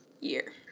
year